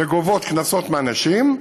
וגובות קנסות מאנשים,